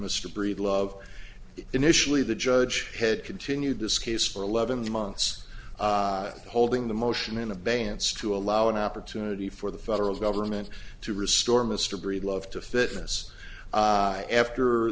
mr breedlove initially the judge had continued this case for eleven months holding the motion in a benz to allow an opportunity for the federal government to restore mr breedlove to fitness after